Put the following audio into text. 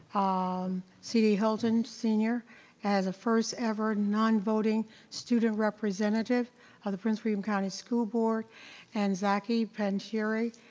um cd holton senior as a first ever non-voting student representative of the prince william county school board and zaki panjsheeri,